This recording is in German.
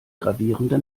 gravierende